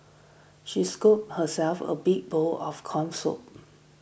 she scooped herself a big bowl of Corn Soup